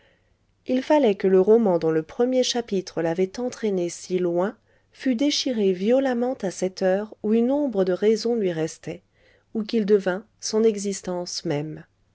il fallait que le roman dont le premier chapitre l'avait entraîné si loin fût déchiré violemment à cette heure où une ombre de raison lui restait ou qu'il devint son existence même